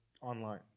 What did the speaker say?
online